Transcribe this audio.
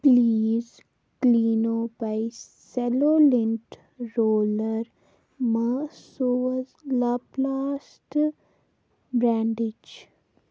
please کٕلیٖنو پَے سٮ۪لو لِنٛٹ رولَر ما سوز لاپلاسٹہٕ برٛینڈٕچ